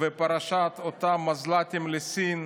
פרשת אותם מזל"טים לסין,